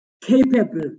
capable